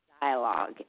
dialogue